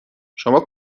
شما